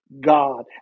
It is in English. God